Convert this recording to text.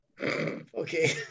Okay